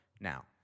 Now